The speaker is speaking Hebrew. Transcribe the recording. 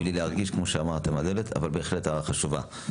בהחלט הערה חשובה.